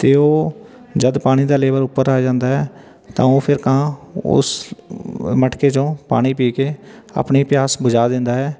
ਅਤੇ ਉਹ ਜਦ ਪਾਣੀ ਦਾ ਲੇਵਲ ਉੱਪਰ ਆ ਜਾਂਦਾ ਹੈ ਤਾਂ ਉਹ ਫਿਰ ਕਾਂ ਉਸ ਮਟਕੇ 'ਚੋਂ ਪਾਣੀ ਪੀ ਕੇ ਆਪਣੀ ਪਿਆਸ ਬੁਝਾ ਦਿੰਦਾ ਹੈ